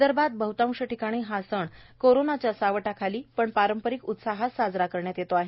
विदर्भात बहतांश ठिकाणी हा सण कोरोंनाच्या सावटाखाली पण पारंपरिक उत्साहात साजरा करण्यात येतो आहे